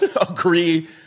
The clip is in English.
agree